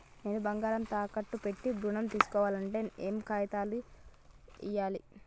నేను బంగారం తాకట్టు పెట్టి ఋణం తీస్కోవాలంటే ఏయే కాగితాలు ఇయ్యాలి?